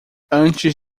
antes